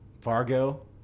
Fargo